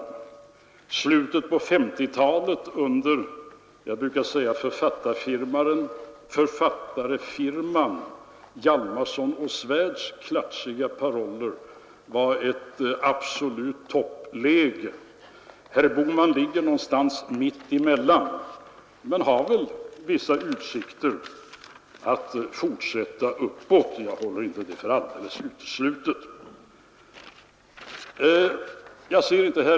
I slutet av 1950-talet under, som jag brukar kalla det, Författarfirman Hjalmarson och Svärds klatschiga paroller var det ett absolut toppläge. Herr Bohman ligger någonstans mitt emellan, men han har väl vissa utsikter att fortsätta uppåt — jag håller inte det för alldeles uteslutet.